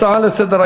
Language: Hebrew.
הצעה מס'